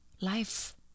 life